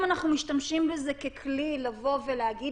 אם אנחנו משתמשים בזה ככלי לבוא ולהגיד